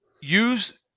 Use